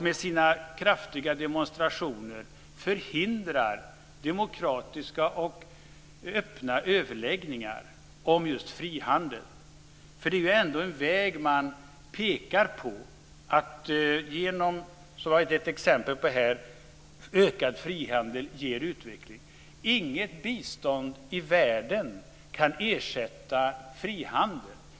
Med sina kraftiga demonstrationer förhindrar man demokratiska och öppna överläggningar om just frihandel. Det är ändå en väg man pekar på. Som jag tog ett exempel på här ger ökad frihandel utveckling. Inget bistånd i världen kan ersätta frihandel.